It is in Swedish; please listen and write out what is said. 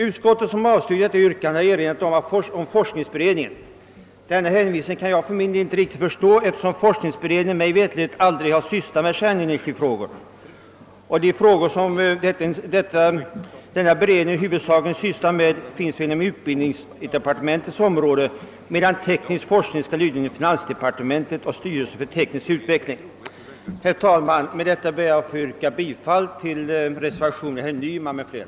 Utskottet, som avstyrkt detta yrkande, har erinrat om forskningsberedningen. Denna hänvisning kan jag inte riktigt förstå, eftersom forskningsberedningen mig veterligt aldrig har sysslat med kärnenergifrågor och de frågor som den huvudsakligen ägnar sig åt hör hemma inom utbildningsdepartementets område, medan teknisk forskning skall lyda under finansdepartementet och styrelsen för teknisk utveckling. Herr talman! Med det anförda ber jag att få yrka bifall till reservationen 1 av herr Nyman m.fl.